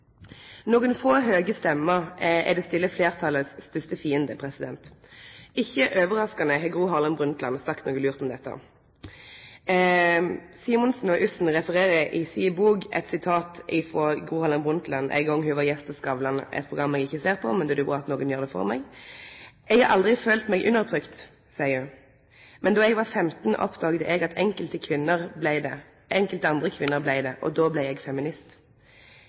få høge stemmer er det stille fleirtalets største fiende. Ikkje overraskande har Gro Harlem Brundtland sagt noko lurt om dette. Simonsen og Yssen refererer i si bok eit sitat frå Gro Harlem Brundtland ein gong ho var gjest hos Skavlan – eit program eg ikkje ser, men det er bra at nokon gjer det for meg: «Jeg har aldri følt meg undertrykket. Men da jeg var 15 oppdaget jeg at enkelte andre kvinner ble det og da ble jeg feminist.»